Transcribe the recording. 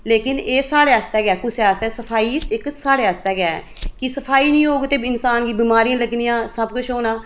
लेकिन एह् साढ़े आस्तै गै ऐ कुसै आस्तै सफाई इक साढ़े आस्तै गै ऐ की सफाई निं होग ता इंसान गी बमारियां लग्गनियां सब किश होना